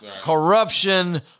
corruption